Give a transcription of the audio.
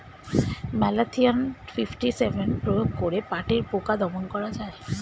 Malathion fifty seven প্রয়োগ করে পাটের পোকা দমন করা যায়?